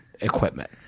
equipment